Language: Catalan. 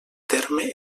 terme